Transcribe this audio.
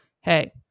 hey